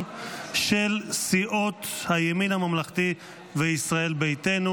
של סיעות הימין הממלכתי וישראל ביתנו.